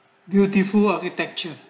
beautiful architecture